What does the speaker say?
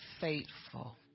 faithful